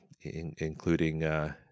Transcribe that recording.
including